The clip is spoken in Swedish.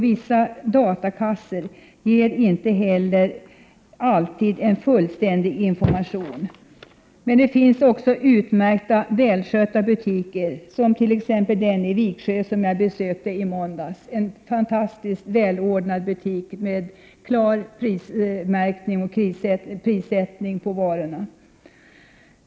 Vissa datakassor ger inte heller alltid en fullständig information. Men det finns också utmärkta välskötta butiker, som t.ex. den i Viksjö som jag besökte i måndags — en fantastiskt välordnad butik med klar prismärkning på varorna.